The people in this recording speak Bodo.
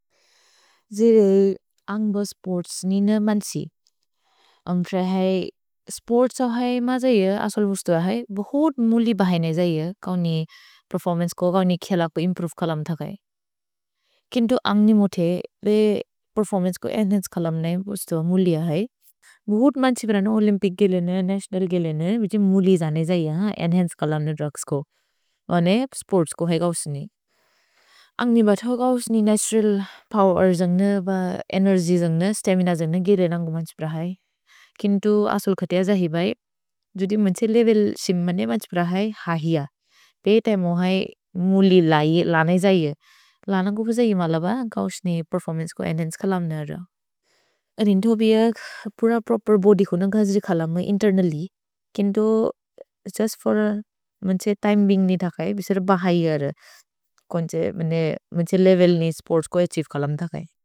अन्ग् ब स्पोर्त्स् नि न मन्सि। अन्ग् प्रए है, स्पोर्त्स् अहै म जये असल् उस्तु अहै बहुत् मुलि बहने जये कौनि पेर्फोर्मन्चे को, कौनि खेल को इम्प्रोवे कलम् थकै। किन्तु अन्ग् नि मोथे, पे पेर्फोर्मन्चे को एन्हन्चे कलम् न उस्तु अहै मुलि अहै। भहुत् मन्सि प्रन ओल्य्म्पिच् गिलेने, नतिओनल् गिलेने बिति मुलि जने जये हान्, एन्हन्चे कलम् ने द्रुग्स् को। भने स्पोर्त्स् को है गव्सिनि। अन्ग् नि बतो गव्सिनि नतुरल् पोवेर् जने, एनेर्ग्य् जने, स्तमिन जने गिलेने नन्गु मन्सि प्रए है। किन्तु असल् खतेअ जहि बै, जुदि मन्सि लेवेल् सिम्पने मन्सि प्रए है हाहिअ। पे तैमोहै मुलि लै, लन जये। लन को पुसे हिमल ब गव्सिनि पेर्फोर्मन्चे को एन्हन्चे कलम् न अर। अरिन्दु बिअ पुर प्रोपेर् बोद्य् को न गज्दि कलम् इन्तेर्नलि। किन्तु जुस्त् फोर् मन्से तिमे बेइन्ग् नि थकै, बिशर बहै हर मन्से लेवेल् नि स्पोर्त्स् को अछिएवे कलम् थकै।